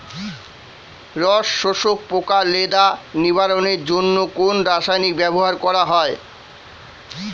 রস শোষক পোকা লেদা নিবারণের জন্য কোন রাসায়নিক ব্যবহার করা হয়?